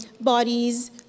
bodies